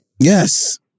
Yes